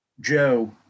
Joe